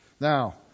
Now